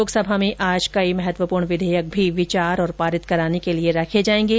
लोकसभा में आज कई महत्वपूर्ण विधेयक भी विचार और पारित कराने के लिए रखे जाएंगे